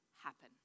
happen